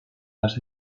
las